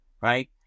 right